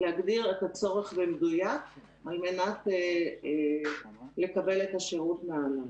להגדיר את הצורך במדויק על מנת לקבל את השירות הענן.